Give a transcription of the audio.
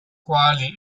quali